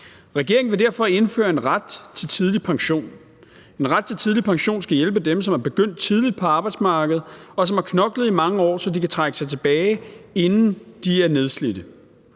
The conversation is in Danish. Regeringen vil derfor indføre en ret til tidlig pension. En ret til tidlig pension skal hjælpe dem, som er begyndt tidligt på arbejdsmarkedet, og som har knoklet i mange år, så de kan trække sig tilbage, inden de er nedslidte.